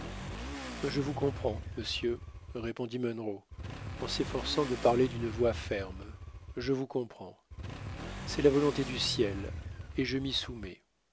je vous comprends monsieur répondit munro en s'efforçant de parler d'une voix ferme je vous comprends c'est la volonté du ciel et je m'y soumets